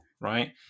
right